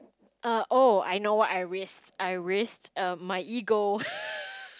err oh I know what I risk I risk err my ego